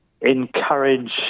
encourage